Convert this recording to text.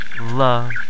love